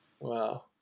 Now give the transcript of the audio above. Wow